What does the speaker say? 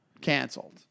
canceled